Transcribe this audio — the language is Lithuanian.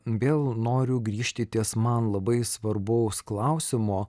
vėl noriu grįžti ties man labai svarbaus klausimo